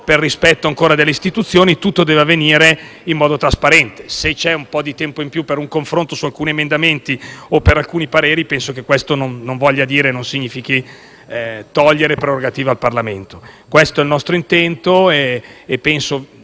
per rispetto delle istituzioni, e tutto deve avvenire in modo trasparente. Se chiediamo un po' di tempo in più per un confronto su alcuni emendamenti o per alcuni pareri, penso che questo non significhi togliere prerogative al Parlamento. Questo è il nostro intento. Poi